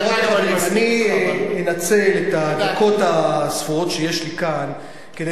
אני אנצל את הדקות הספורות שיש לי כאן כדי